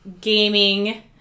gaming